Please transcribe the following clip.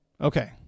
Okay